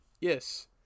Yes